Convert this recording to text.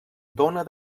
dóna